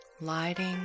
lighting